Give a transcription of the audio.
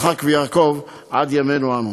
יצחק ויעקב עד ימינו אנו.